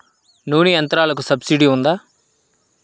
నూనె యంత్రాలకు సబ్సిడీ ఉందా?